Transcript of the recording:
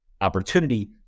opportunity